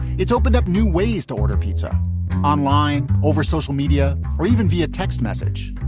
it's opened up new ways to order pizza online over social media or even via text message.